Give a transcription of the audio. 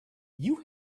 you